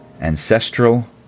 ancestral